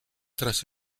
tras